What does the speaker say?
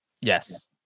Yes